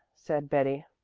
said betty.